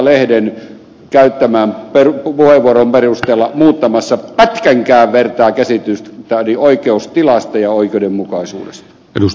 lehden käyttämän puheenvuoron perusteella muuttamassa pätkänkään vertaa käsitystäni oikeustilasta ja oikeudenmukaisuudesta